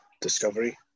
Discovery